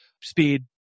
speed